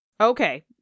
Okay